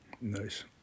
Nice